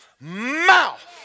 mouth